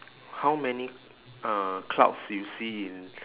how many uh clouds you see in